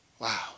Wow